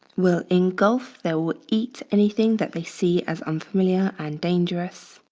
will engulf, they will eat anything that they see as unfamiliar and dangerous,